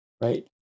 right